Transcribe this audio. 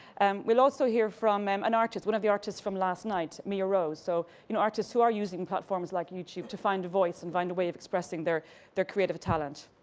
and we'll also hear from and and one of the artists from last night, mia rose. so you know artists who are using platforms like youtube to find a voice and find a way of expressing their their creative talents.